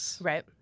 Right